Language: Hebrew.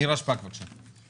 נירה שפק, בקשה.